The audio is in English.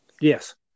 Yes